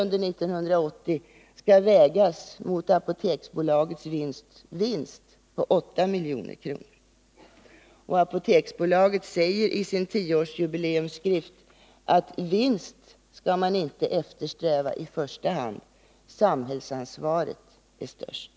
under 1980 skall vägas mot Apoteksbolagets vinst på 8 milj.kr. Apoteksbolaget säger i sin tioårsjubileumsskrift att vinst skall man inte eftersträva i första hand — samhällsansvaret är störst.